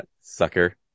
sucker